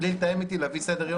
בלי לתאם אתי להביא סדר יום?